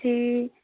ठीक